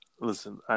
Listen